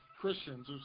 Christians